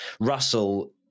russell